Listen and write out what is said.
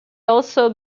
also